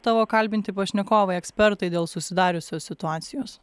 tavo kalbinti pašnekovai ekspertai dėl susidariusios situacijos